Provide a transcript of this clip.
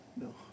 No